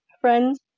friends